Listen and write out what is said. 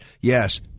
Yes